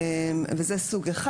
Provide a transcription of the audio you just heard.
זה סוג אחד.